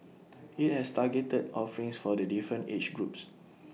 IT has targeted offerings for the different age groups